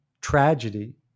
tragedy